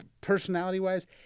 personality-wise